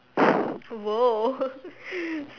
!whoa!